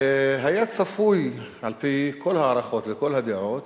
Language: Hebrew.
והיה צפוי על-פי כל ההערכות וכל הדעות